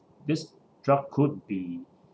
this drug could be